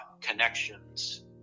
connections